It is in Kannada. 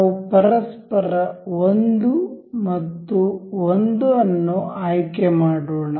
ನಾವು ಪರಸ್ಪರ 1 ಮತ್ತು 1 ಅನ್ನು ಆಯ್ಕೆ ಮಾಡೋಣ